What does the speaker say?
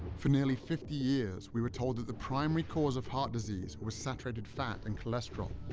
for nearly fifty years, we were told that the primary cause of heart disease was saturated fat and cholesterol,